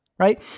Right